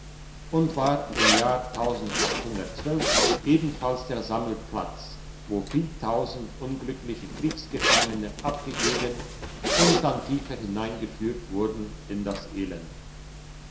und war im jahr ebenfalls der sammelplatz wo viel tausend unglückliche kriegsgefangene abgegeben und dann tiefer hineingeführt wurden in das elend